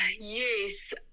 Yes